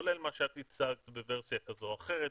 כולל מה שאת הצעת בוורסיה כזאת או אחרת,